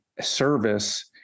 service